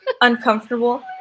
Uncomfortable